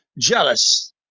jealous